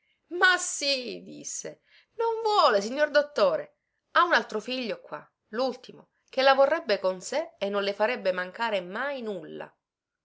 ma sì disse non vuole signor dottore ha un altro figlio qua lultimo che la vorrebbe con sé e non le farebbe mancare mai nulla